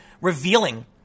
revealing